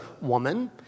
woman